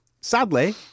Sadly